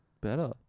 Better